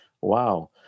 wow